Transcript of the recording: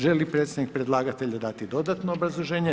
Želi li predsjednik predlagatelja dati dodatno obrazloženje?